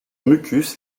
mucus